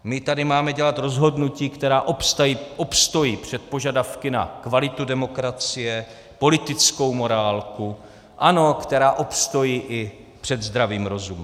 My tady máme dělat rozhodnutí, která obstojí před požadavky na kvalitu demokracie, politickou morálku, ano, která obstojí i před zdravým rozumem.